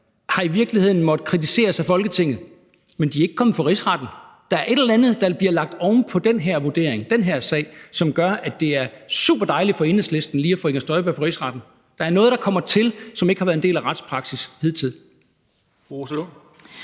har i virkeligheden måttet kritiseres af Folketinget, men at de ikke er kommet for Rigsretten? Der er et eller andet, der bliver lagt oven på den her vurdering, på den her sag, som gør, at det er superdejligt for Enhedslisten lige at få Inger Støjberg for Rigsretten. Der er noget, der kommer til, som ikke har været en del af retspraksis hidtil.